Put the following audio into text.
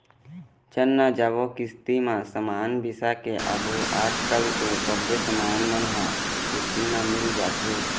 चल न जाबो किस्ती म समान बिसा के आबो आजकल तो सबे समान मन ह किस्ती म मिल जाथे